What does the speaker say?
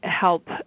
help